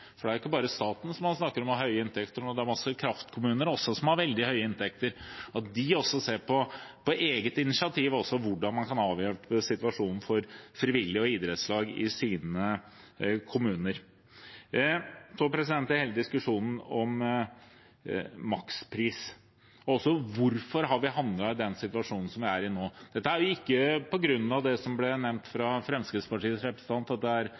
for det er ikke bare staten som har høye inntekter nå, det er også mange kraftkommuner som har veldig høye inntekter – på eget initiativ ser på hvordan man kan avhjelpe situasjonen for frivillige og idrettslag i sine kommuner. Så til diskusjonen om makspris, og om hvorfor vi har havnet i den situasjonen vi er i nå. Det er ikke på grunn av en mislykket klimapolitikk i Europa, som det ble nevnt fra Fremskrittspartiets representant. Det er